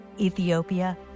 Ethiopia